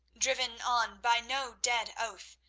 driven on by no dead oath,